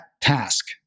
task